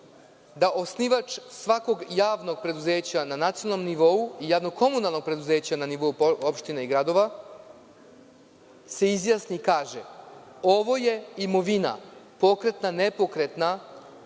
se osnivač svakog javnog preduzeća na nacionalnom nivou i javnog komunalnog preduzeća na nivou opština i gradova izjasni i kaže – ovo je imovina, pokretna, nepokretna,